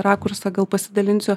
rakurso gal pasidalinsiu